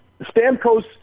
Stamkos